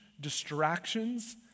distractions